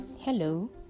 Hello